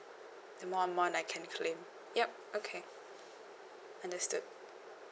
the more amount I can claim yup okay understood